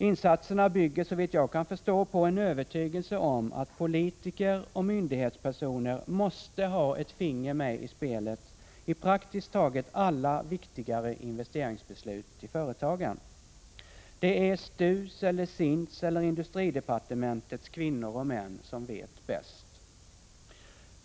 Insatserna bygger, såvitt jag kan förstå, på en övertygelse om att politiker och myndighetspersoner måste ha ett finger med i spelet i praktiskt taget alla viktigare investeringsbeslut i företagen. Det är STU:s eller SIND:s eller industridepartementets kvinnor och män som vet bäst.